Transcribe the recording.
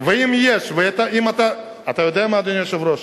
אתה יודע מה, אדוני היושב-ראש?